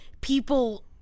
people